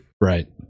Right